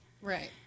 Right